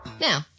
Now